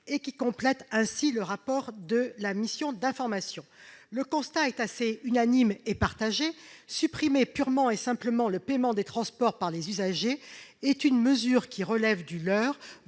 compléter le rapport de la mission d'information. Le constat est assez unanime : supprimer purement et simplement le paiement des transports par les usagers est une mesure relevant du leurre,